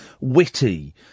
witty